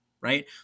right